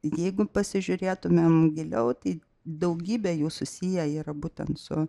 jeigu pasižiūrėtumėm giliau tai daugybė jų susiję yra būtent su